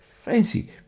Fancy